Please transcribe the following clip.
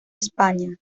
españa